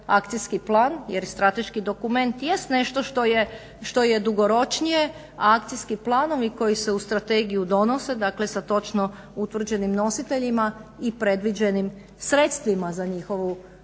akcijski plan jer i strateški dokument jest nešto što je dugoročnije, a akcijski planovi koji se uz Strategiju donose, dakle sa točno utvrđenim nositeljima i predviđenim sredstvima za njihovu provedbu